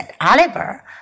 Oliver